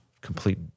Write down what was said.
complete